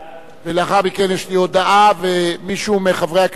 לאחר מכן יש לי הודעה, ומישהו מחברי הכנסת